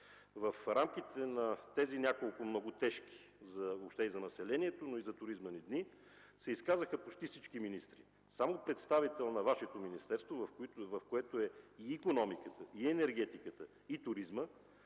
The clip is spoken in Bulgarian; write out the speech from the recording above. В рамките на тези няколко много тежки за населението, но и за туризма ни дни, се изказаха почти всички министри. Само представител на Вашето министерство, в което е и икономиката, и енергетиката, и туризма,